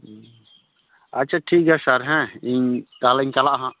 ᱟᱪᱷᱟ ᱴᱷᱤᱠ ᱜᱮᱭᱟ ᱥᱟᱨ ᱦᱮᱸ ᱤᱧ ᱛᱟᱦᱚᱞᱮᱧ ᱪᱟᱞᱟᱜᱼᱟ ᱦᱟᱸᱜ